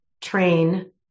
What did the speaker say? train